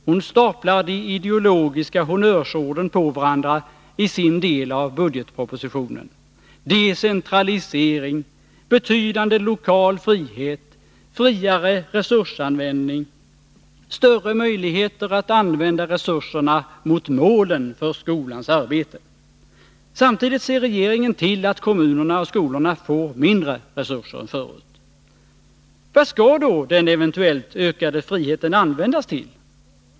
Hon staplar de ideologiska honnörsorden på varandra i sin del av budgetpropositionen: decentralisering, betydande lokal frihet, friare resursanvändning, större möjligheter att använda resurserna mot målen för skolans arbete. Samtidigt ser regeringen till att kommunerna och skolorna får mindre resurser än förut. Vad skall då den eventuellt ökade friheten användas till?